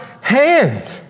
hand